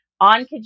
on